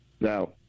Now